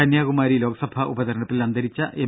കന്യാകുമാരി ലോക്സഭാ ഉപതിരഞ്ഞെടുപ്പിൽ അന്തരിച്ച എം